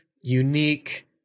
unique